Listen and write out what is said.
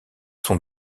sont